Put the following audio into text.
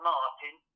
Martin